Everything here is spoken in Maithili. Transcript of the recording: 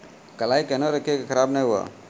कलाई केहनो रखिए की खराब नहीं हुआ?